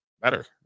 better